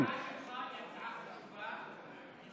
ההצעה שלך נכונה.